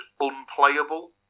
unplayable